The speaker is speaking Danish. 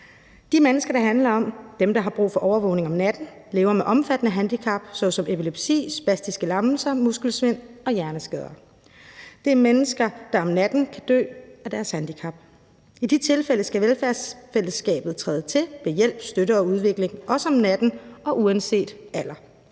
De mennesker, det handler om – dem, der har brug for overvågning om natten – lever med omfattende handicap såsom epilepsi, spastiske lammelser, muskelsvind og hjerneskader. Det er mennesker, der om natten kan dø af deres handicap. I de tilfælde skal velfærdsfællesskabet træde til med hjælp, støtte og udvikling, også om natten, uanset alder.